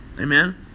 Amen